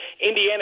Indiana